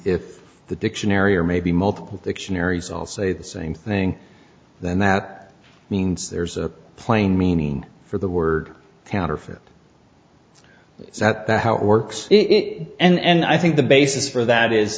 if the dictionary or maybe multiple dictionaries all say the same thing then that means there's a plain meaning for the word counterfeit is that how it works it and i think the basis for that is